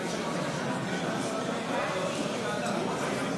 כבוד היושב-ראש, מי חוץ, אמרתי,